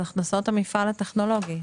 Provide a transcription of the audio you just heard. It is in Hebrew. על הכנסות המפעל הטכנולוגי.